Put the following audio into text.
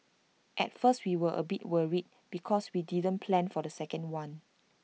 at first we were A bit worried because we didn't plan for the second one